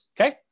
okay